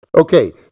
Okay